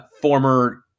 former